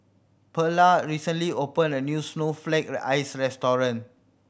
Perla recently opened a new snowflake the ice restaurant